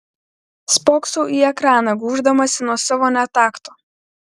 spoksau į ekraną gūždamasi nuo savo netakto